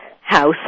house